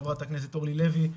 חברת הכנסת אורלי לוי,